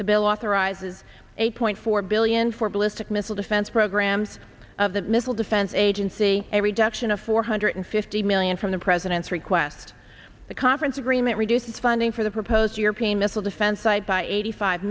the bill authorizes eight point four billion for ballistic missile defense programs of the missile defense agency a reduction of four hundred fifty million from the president's request the conference agreement reduces funding for the proposed european missile defense site by eighty five